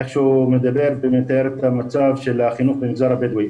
איך שהוא מדבר ומתאר את המצב של החינוך במגזר הבדואי.